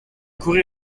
courir